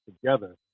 together